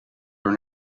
door